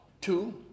two